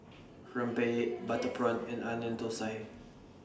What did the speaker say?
Rempeyek Butter Prawn and Onion Thosai